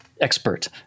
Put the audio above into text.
expert